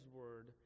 word